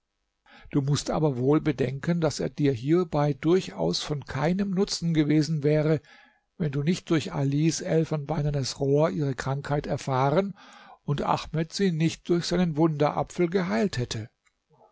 du mußt aber wohl bedenken daß er dir hierbei durchaus von keinem nutzen gewesen wäre wenn du nicht durch alis elfenbeinernes rohr ihre krankheit erfahren und ahmed sie nicht durch seinen wunderapfel geheilt hätte